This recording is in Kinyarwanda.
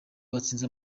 watsinze